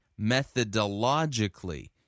methodologically